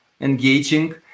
engaging